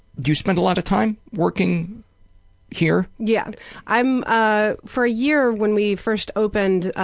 do you spend a lot of time working here? yeah i'm ah for a year when we first opened,